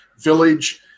village